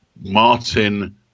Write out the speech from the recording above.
Martin